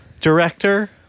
Director